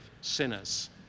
sinners